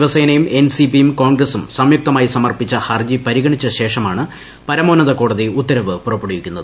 ശിവസേനയും N C പിയും കോൺഗ്രസും സംയുക്തമായി സമർപ്പിച്ച ഹർജി പരിഗണിച്ചു ശേഷമാണ് പരമോന്നത കോടതിട് ഉത്തരവ് പുറപ്പെടുവിക്കുന്നത്